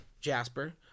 Jasper